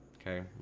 okay